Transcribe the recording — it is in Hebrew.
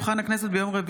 ברשות יושב-ראש